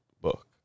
book